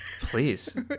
Please